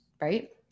right